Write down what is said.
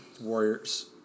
Warriors